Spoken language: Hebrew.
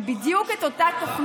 היא לא תהיה,